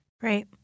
Great